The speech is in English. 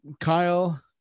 Kyle